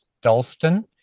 Dalston